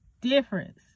Difference